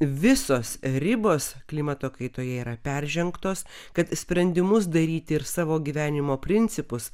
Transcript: visos ribos klimato kaitoje yra peržengtos kad sprendimus daryti ir savo gyvenimo principus